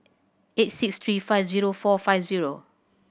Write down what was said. eight six three five zero four five zero